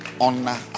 honor